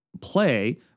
play